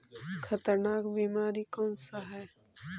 खतरनाक बीमारी कौन सा है?